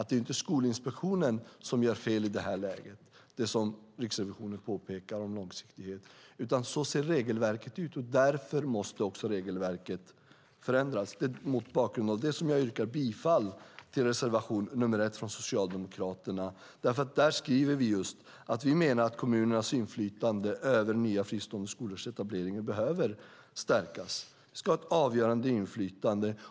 Det är inte Skolinspektionen som gör fel i det här läget, det som Riksrevisionen påpekar om långsiktighet, utan så ser regelverket ut. Därför måste också regelverket förändras. Det är mot bakgrund av det som jag yrkar bifall till reservation nr 1 från Socialdemokraterna. Där skriver vi just att vi menar att kommunernas inflytande över nya fristående skolors etablering behöver stärkas. Man ska ha ett avgörande inflytande.